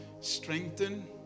strengthen